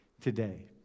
today